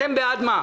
אתם בעד מה?